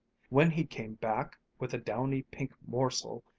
when he came back with the downy pink morsel,